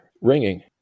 ringing